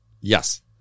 Yes